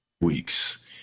weeks